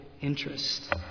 interest